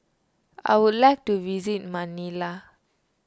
I would like to visit Manila